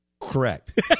correct